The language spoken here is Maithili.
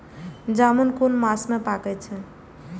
जामून कुन मास में पाके छै?